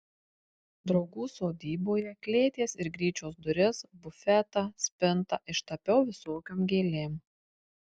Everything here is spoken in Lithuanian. draugų sodyboje klėties ir gryčios duris bufetą spintą ištapiau visokiom gėlėm